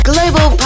Global